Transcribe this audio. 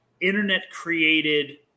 internet-created